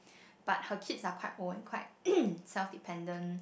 but her kids are quite old and quite self dependent